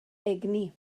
egni